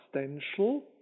substantial